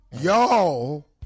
y'all